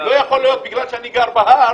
לא יכול להיות בגלל שאני גר בהר,